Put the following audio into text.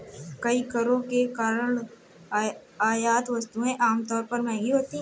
कई करों के कारण आयात वस्तुएं आमतौर पर महंगी होती हैं